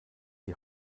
die